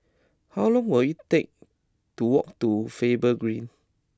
how long will it take to walk to Faber Green